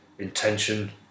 intention